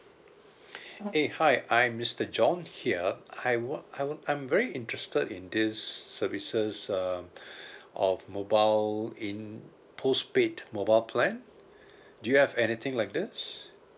eh hi I'm mister john here I want I want I'm very interested in these services uh of mobile in postpaid mobile plan do you have anything like this